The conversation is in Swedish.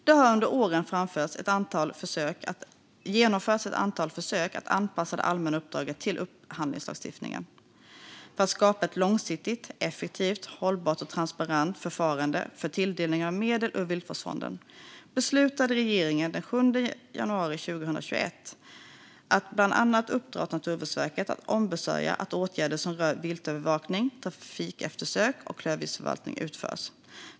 Det har under åren genomförts ett antal försök att anpassa det allmänna uppdraget till upphandlingslagstiftningen. För att skapa ett långsiktigt effektivt, hållbart och transparent förfarande för tilldelningen av medel ur Viltvårdsfonden beslutade regeringen den 7 januari 2021 att bland annat uppdra åt Naturvårdsverket att ombesörja att åtgärder som rör viltövervakning, trafikeftersök och klövviltsförvaltning utförs.